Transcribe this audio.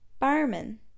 barman